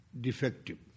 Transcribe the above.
defective